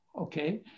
okay